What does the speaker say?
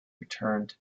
returned